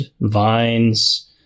vines